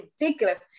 ridiculous